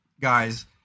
guys